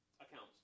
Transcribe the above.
accounts